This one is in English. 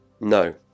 No